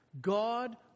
God